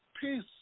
Peace